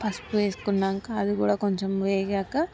పసుపు వేసుకున్నాకా అది కూడా కొంచెం వేగాక